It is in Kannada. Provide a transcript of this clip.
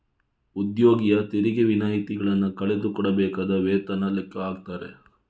ಉದ್ಯೋಗಿಯ ತೆರಿಗೆ ವಿನಾಯಿತಿಗಳನ್ನ ಕಳೆದು ಕೊಡಬೇಕಾದ ವೇತನ ಲೆಕ್ಕ ಹಾಕ್ತಾರೆ